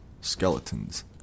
skeletons